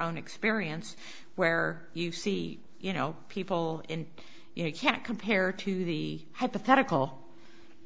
own experience where you see you know people in you know you can't compare to the hypothetical